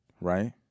right